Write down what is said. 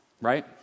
right